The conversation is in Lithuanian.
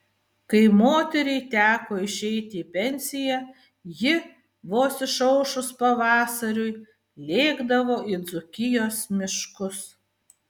kai moteriai teko išeiti į pensiją ji vos išaušus pavasariui lėkdavo į dzūkijos miškus